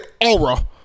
aura